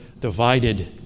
divided